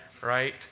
right